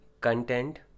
content